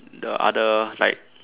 the other like